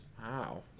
Wow